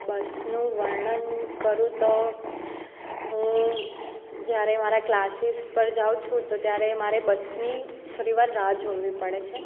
બસનું વર્ણન કરું તો હું જ્યારે મારા ક્લાસીસ પર જાઉં છું તો ત્યારે મારે બસની થોડી વાર રાહ જોવી પડે છે